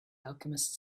alchemist